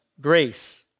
grace